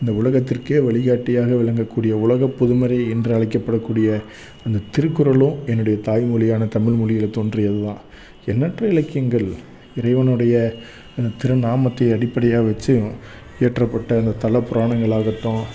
இந்த உலகத்திற்கே வழிகாட்டியாக விளங்கக்கூடிய உலகப்பொதுமறை என்று அழைக்கப்படக்கூடிய அந்த திருக்குறளும் என்னுடைய தாய் மொழியான தமிழ் மொழில தோன்றியது தான் எண்ணற்ற இலக்கியங்கள் இறைவனுடைய அந்த திருநாமத்தை அடிப்படையாக வச்சு இயற்றப்பட்ட அந்த தலப்புராணங்கள் ஆகட்டும்